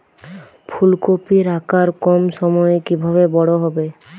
ফুলকপির আকার কম সময়ে কিভাবে বড় হবে?